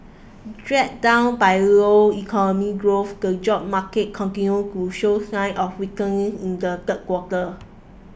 dragged down by low economy growth the job market continued to show signs of weakening in the third quarter